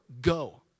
go